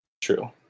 True